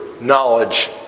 knowledge